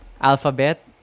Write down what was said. Alphabet